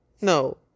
No